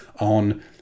on